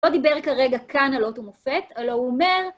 לא דיבר כרגע כאן על אותו מופת, אלא הוא אומר...